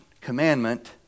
commandment